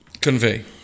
convey